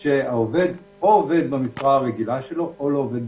שהעובד עובד במשרתו הרגילה או לא עובד בכלל,